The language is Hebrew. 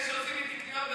אלה שעושים אתי קניות,